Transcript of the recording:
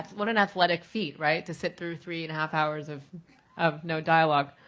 what and athletic feat right to sit through three and a half hours of of no dialogue.